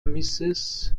mrs